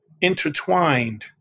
intertwined